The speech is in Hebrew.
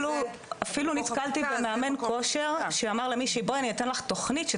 אפילו נתקלתי במאמן כושר שאמר למישהי 'בואי אני אתן לך תוכנית,